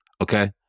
Okay